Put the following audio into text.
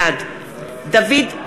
בעד (קוראת בשמות חברי הכנסת) דוד צור,